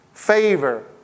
Favor